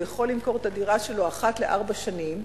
יכול למכור את הדירה שלו אחת לארבע שנים.